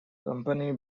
company